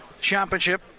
championship